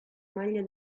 maglia